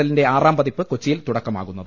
എല്ലിന്റെ ആറാംപതിപ്പിന് കൊച്ചിയിൽ തുടക്കമാകുന്നത്